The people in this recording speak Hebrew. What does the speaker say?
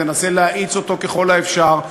היא תנסה להאיץ אותו ככל האפשר,